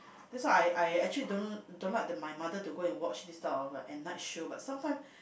that's why I I actually don't don't like my mother to go and watch all this at night show but sometime